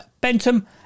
Bentham